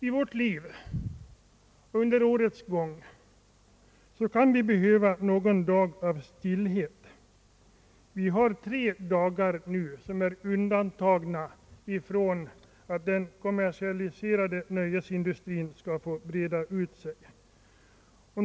I vårt liv kan vi under årets gång behöva någon dag av stillhet. Vi har nu de tre dagar som det här gäller, och vi anser att den kommersialiserade nöjesindustrin inte bör få breda ut sig under dessa dagar.